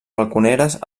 balconeres